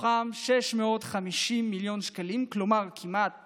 ומהם 650 מיליון שקלים, כלומר, כמעט